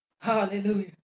Hallelujah